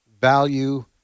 value